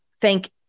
thank